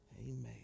Amen